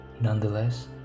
Nonetheless